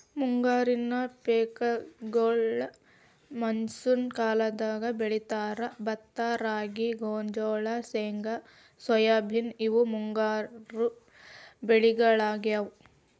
ಮುಂಗಾರಿ ಪೇಕಗೋಳ್ನ ಮಾನ್ಸೂನ್ ಕಾಲದಾಗ ಬೆಳೇತಾರ, ಭತ್ತ ರಾಗಿ, ಗೋಂಜಾಳ, ಶೇಂಗಾ ಸೋಯಾಬೇನ್ ಇವು ಮುಂಗಾರಿ ಬೆಳಿಗೊಳಾಗ್ಯಾವು